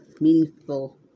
meaningful